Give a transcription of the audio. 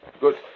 Good